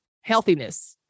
healthiness